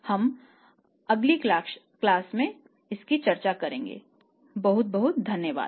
हम अगली कक्षा में करेंगे बहुत बहुत धन्यवाद